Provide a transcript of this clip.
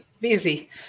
busy